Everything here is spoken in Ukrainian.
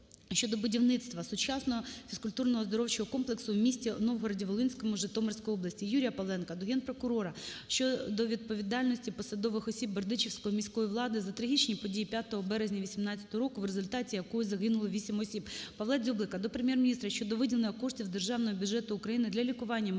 про будівництво сучасного фізкультурно-оздоровчого комплексу в місті Новограді-Волинському Житомирської області. Юрія Павленка до Генпрокурора щодо відповідальності посадових осіб Бердичівської міської влади за трагічні події 5 березня 2018 року, в результаті якої загинуло 8 осіб. Павла Дзюблика до Прем'єр-міністра щодо виділення коштів з Державного бюджету України для лікування Мовчанюк